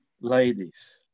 ladies